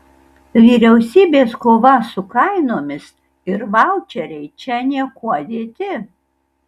vyriausybės kova su kainomis ir vaučeriai čia niekuo dėti